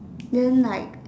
then like